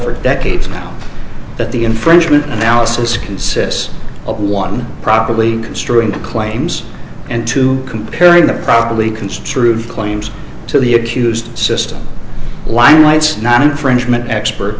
for decades that the infringement analysis consists of one properly construing claims and two comparing the properly construed claims to the accused system lying rights not infringement expert